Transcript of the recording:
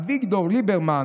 אביגדור ליברמן,